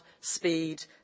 speed